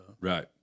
Right